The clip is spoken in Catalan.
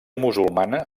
musulmana